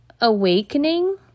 awakening